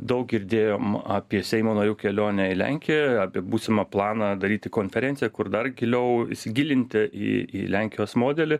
daug girdėjom apie seimo narių kelionę į lenkiją apie būsimą planą daryti konferenciją kur dar giliau įsigilinti į į lenkijos modelį